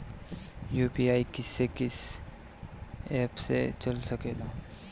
UPI किस्से कीस app से चल सकेला?